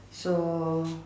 so